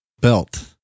belt